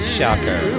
Shocker